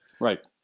Right